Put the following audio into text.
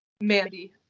Mandy